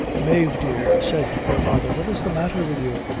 mave, dear, said her father, what is the matter wid you?